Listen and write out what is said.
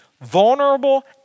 vulnerable